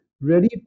ready